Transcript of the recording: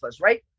right